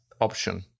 option